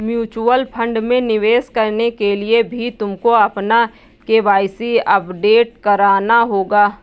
mutual fund में निवेश करने के लिए भी तुमको अपना के.वाई.सी अपडेट कराना होगा